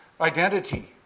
identity